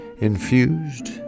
infused